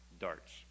darts